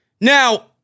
Now